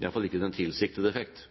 i hvert fall ikke den tilsiktede effekt.